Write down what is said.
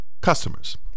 customers